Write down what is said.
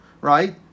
right